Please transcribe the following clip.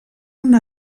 una